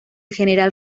general